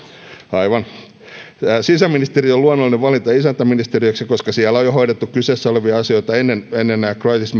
aivan sisäministeriö on luonnollinen valinta isäntäministeriöksi koska siellä on jo hoidettu kyseessä olevia asioita ennen crisis